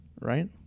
right